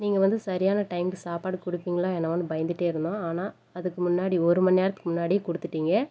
நீங்கள் வந்து சரியான டைமுக்கு சாப்பாடு கொடுப்பிங்ளா என்னவோன்னு பயந்துகிட்டே இருந்தோம் ஆனால் அதுக்கு முன்னாடி ஒரு மணி நேரத்துக்கு முன்னாடியே கொடுத்துட்டிங்க